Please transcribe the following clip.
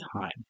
time